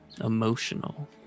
emotional